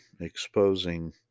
exposing